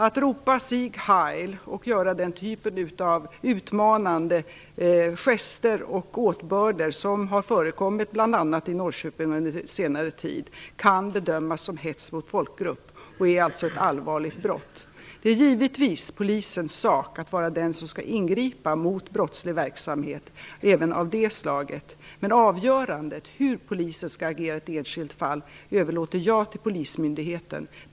Att ropa Sieg Heil och göra den typen av utmanande gester och åtbörder som har förekommit bl.a. i Norrköping under senare tid, kan bedömas som hets mot folkgrupp och är alltså ett allvarligt brott. Det är givetvis polisens sak att ingripa mot brottslig verksamhet, även av det slaget. Men avgörandet av hur polisen skall agera i ett enskilt fall överlåter jag till polismyndigheten.